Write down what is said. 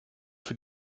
für